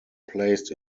placed